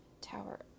tower